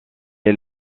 est